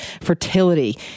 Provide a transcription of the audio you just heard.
fertility